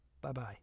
Bye-bye